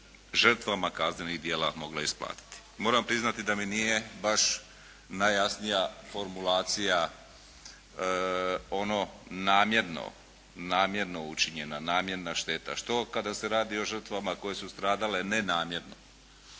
žrtvama kaznenih djela mogla isplatiti. Moram priznati da mi nije baš najjasnija formulacija ono namjerno, namjerno učinjena namjerna šteta. Što kada se radi o žrtvama koje su stradale nenamjerno?